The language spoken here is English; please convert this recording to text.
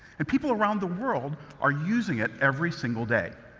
and people around the world are using it every single day.